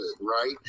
right